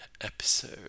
episode